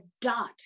dot